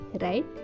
right